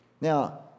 Now